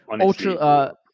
Ultra